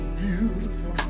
beautiful